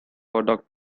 for